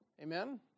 amen